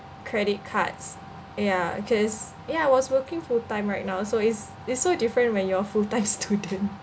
credit cards ya cause ya I was working full time right now so it's it's so different when you're full time student